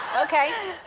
ok.